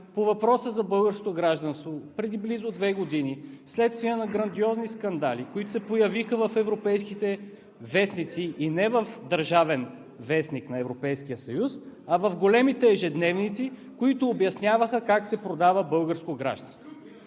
по въпроса за българското гражданство преди близо две години вследствие на грандиозни скандали, които се появиха в европейските вестници. Не в Държавен вестник на Европейския съюз, а в големите ежедневници, които обясняваха как се продава българско гражданство.